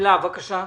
הילה, בבקשה.